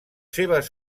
seves